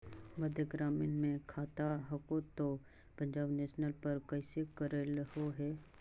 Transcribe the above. मध्य ग्रामीण मे खाता हको तौ पंजाब नेशनल पर कैसे करैलहो हे?